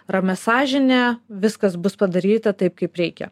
ramia sąžine viskas bus padaryta taip kaip reikia